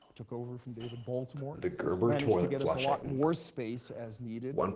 took over from david baltimore managed to get us a lot more space, as needed.